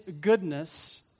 goodness